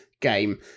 game